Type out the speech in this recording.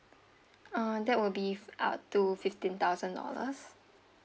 uh that will be up to fifteen thousand dolalrs